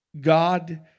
God